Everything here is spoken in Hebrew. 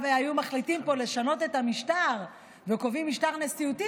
אם היו מחליטים פה לשנות את המשטר וקובעים משטר נשיאותי,